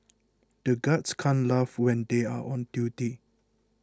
the guards can't laugh when they are on duty